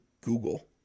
Google